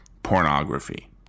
Pornography